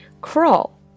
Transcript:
Crawl